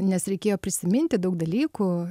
nes reikėjo prisiminti daug dalykų